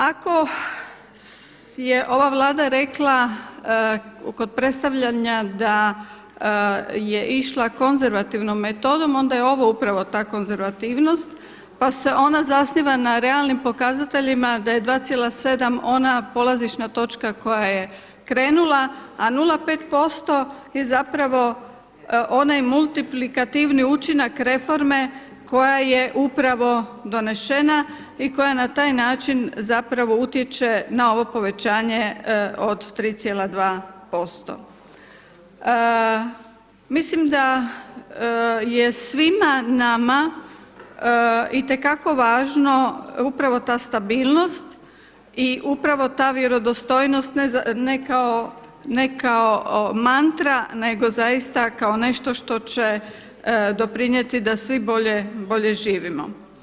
Ako je ova Vlada rekla kod predstavljanja da je išla konzervativnom metodom onda je ovo upravo ta konzervativnost pa se onda zasniva na realnim pokazateljima da je 2,7 ona polazišna točka koja je krenula, a 0,5% je onaj multiplikativni učinak reforme koja je upravo donešena i koja na taj način utječe na ovo povećanje od 3,2% Mislim da je svima nama i te kako važno upravo ta stabilnost i upravo ta vjerodostojnost ne kao mantra nego zaista nešto što će doprinijeti da svi bolje živimo.